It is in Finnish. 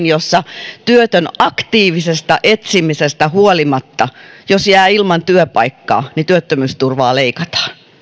jossa jos työtön aktiivisesta etsimisestä huolimatta jää ilman työpaikkaa työttömyysturvaa leikataan